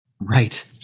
Right